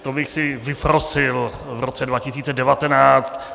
To bych si vyprosil v roce 2019.